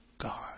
God